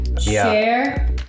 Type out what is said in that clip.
share